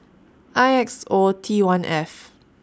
I X O T one F